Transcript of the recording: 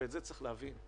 ואת זה צריך להבין,